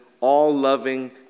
all-loving